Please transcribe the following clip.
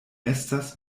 estas